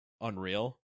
Unreal